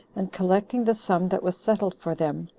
and collecting the sum that was settled for them,